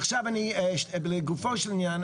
ועכשיו לגופו של עניין.